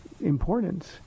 importance